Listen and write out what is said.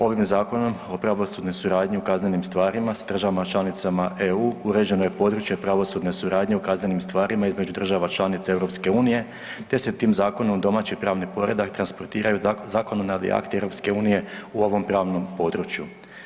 Ovim Zakonom o pravosudnoj suradnji u kaznenim stvarima s državama članicama EU uređeno je područje pravosudne suradnje u kaznenim stvarima između država članica EU, te se tim zakonom u domaći pravni poredak transportiraju zakonodavni akti EU u ovom pravnom području.